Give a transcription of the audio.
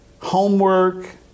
homework